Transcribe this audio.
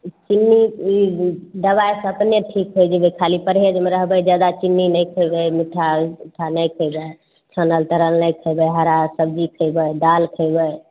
चिन्नी भी दबाइ से अपने ठीक होइ जेबै खाली परहेजमे रहबै ज्यादा चिन्नी खयबै मिठाइ मीठा नहि खयबै छानल तरल नहि खेबै हरा सब्जी खेबै दालि खेबै